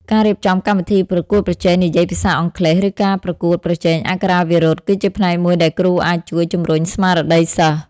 ការរៀបចំកម្មវិធីប្រកួតប្រជែងនិយាយភាសាអង់គ្លេស ឬការប្រកួតប្រជែងអក្ខរាវិរុទ្ធ គឺជាផ្នែកមួយដែលគ្រូអាចជួយជំរុញស្មារតីសិស្ស។